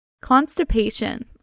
constipation